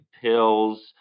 pills